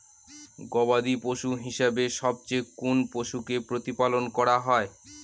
গবাদী পশু হিসেবে সবচেয়ে কোন পশুকে প্রতিপালন করা হয়?